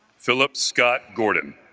philip scott gordon